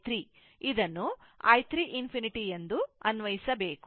ಅಂತೆಯೇ ಈ ನೋಡಲ್ ವಿಶ್ಲೇಷಣೆ i 3 ಇದನ್ನು i 3 ∞ ಎಂದು ಅನ್ವಯಿಸಬೇಕು